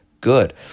good